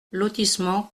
lotissement